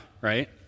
right